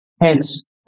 Hence